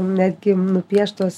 netgi nupieštos